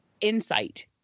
insight